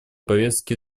повестки